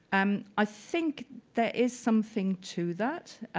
um i think there is something to that,